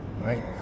right